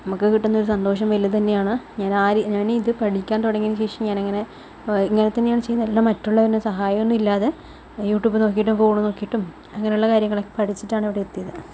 നമുക്ക് കിട്ടുന്ന ഒരു സന്തോഷവും വലുതു തന്നെയാണ് ഞാൻ ആ രീതി ഞാനിത് പഠിക്കാൻ തുടങ്ങിയതിനു ശേഷം ഞാൻ അങ്ങനെ ഇങ്ങനെ തന്നെയാണ് ചെയ്യുന്നത് അല്ല മറ്റുള്ളവരുടെ സഹായം ഒന്നുമില്ലാതെ യൂട്യൂബ് നോക്കിയിട്ടും ഫോൺ നോക്കിയിട്ടും അങ്ങനെയുള്ള കാര്യങ്ങളൊക്കെ പഠിച്ചിട്ടാണ് ഇവിടെ എത്തിയത്